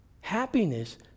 happiness